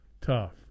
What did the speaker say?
tough